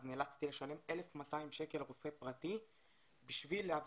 אז נאלצתי לשלם 1,200 שקל לרופא פרטי בשביל להביא